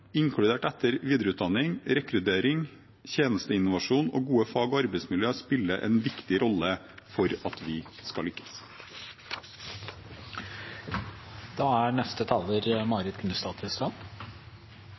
inkludert etter og videreutdanning, rekruttering, tjenesteinnovasjon og gode fag og arbeidsmiljøer spiller en viktig rolle for at vi skal lykkes. Jeg takker for et godt svar. Det er